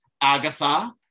Agatha